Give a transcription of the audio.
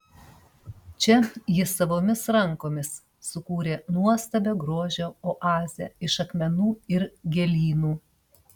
čia ji savomis rankomis sukūrė nuostabią grožio oazę iš akmenų ir gėlynų